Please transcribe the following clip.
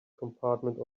compartment